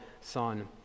Son